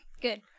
Good